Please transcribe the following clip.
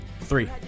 Three